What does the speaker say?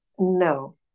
No